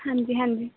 ਹਾਂਜੀ ਹਾਂਜੀ